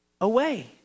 away